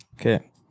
okay